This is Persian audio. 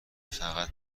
فقط